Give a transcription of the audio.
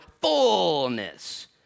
fullness